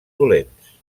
dolents